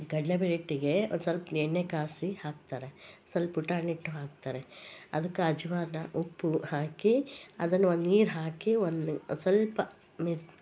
ಕಡಲೇಬೇಳೆ ಹಿಟ್ಟಿಗೆ ಒಂದು ಸ್ವಲ್ಪ ಎಣ್ಣೆ ಕಾಸಿ ಹಾಕ್ತಾರೆ ಸ್ವಲ್ಪ ಪುಟಾಣಿ ಹಿಟ್ಟು ಹಾಕ್ತಾರೆ ಅದ್ಕ ಅಜ್ವಾನ ಉಪ್ಪು ಹಾಕಿ ಅದನ್ನ ಒಂದು ನೀರು ಹಾಕಿ ಒನ್ ಸ್ವಲ್ಪ ನೀರು